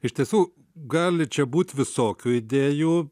iš tiesų gali čia būt visokių idėjų